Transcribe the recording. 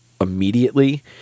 immediately